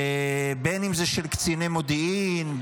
בין שזה של קציני מודיעין,